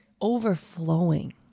overflowing